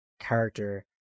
character